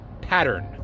pattern